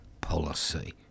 policy